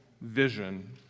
vision